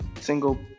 single